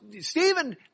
Stephen